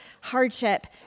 hardship